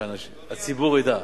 שהציבור ידע.